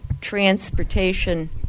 transportation